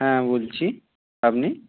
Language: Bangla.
হ্যাঁ বলছি আপনি